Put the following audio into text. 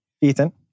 Ethan